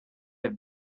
have